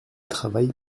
travail